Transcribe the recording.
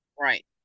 right